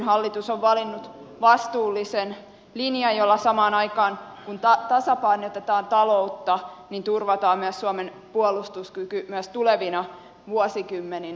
hallitus on valinnut vastuullisen linjan jolla samaan aikaan kun tasapainotetaan taloutta turvataan suomen puolustuskyky myös tulevina vuosikymmeninä